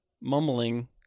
mumbling